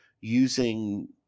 using